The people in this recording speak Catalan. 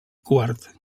quart